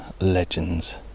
legends